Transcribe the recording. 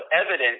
evidence